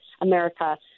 America